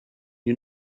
you